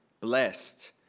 blessed